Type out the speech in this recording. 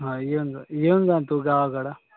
हां येऊन जा येऊन जा तू गावाकडं